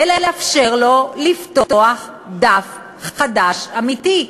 ולאפשר לו לפתוח דף חדש אמיתי.